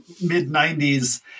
mid-90s